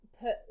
put